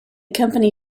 company